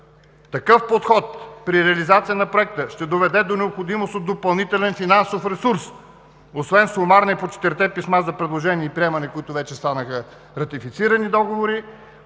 „Такъв подход при реализация на проекта ще доведе до необходимост от допълнителен финансов ресурс, освен сумарния по четирите писма за предложение и приемане, които вече станаха ратифицирани договори,